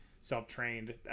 self-trained